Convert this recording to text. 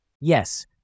Yes